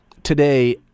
Today